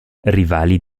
rivali